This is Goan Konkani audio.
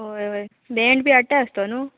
हय हय भेंड बी हाडटा आसतो न्हू